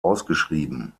ausgeschrieben